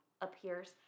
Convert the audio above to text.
appears